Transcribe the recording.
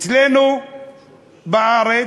אצלנו בארץ,